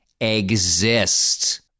exist